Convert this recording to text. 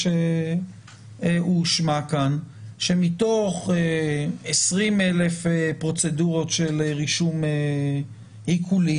שהושמע כאן שמתוך 20,391 פרוצדורות של רישומי עיקולים